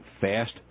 fast